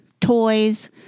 toys